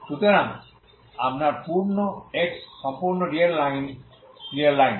সুতরাং আপনার পূর্ণ x সম্পূর্ণ রিয়াল লাইন